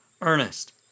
Ernest